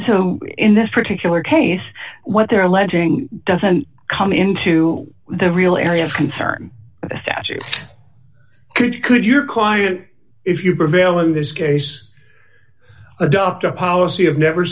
so in this particular case what they're alleging doesn't come into the real area of concern statute could could your client if you prevail in this case adopt a policy of never